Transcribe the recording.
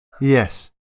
Yes